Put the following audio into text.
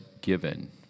given